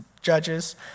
Judges